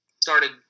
started